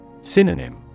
Synonym